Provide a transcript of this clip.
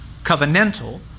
covenantal